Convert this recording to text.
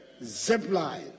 Zipline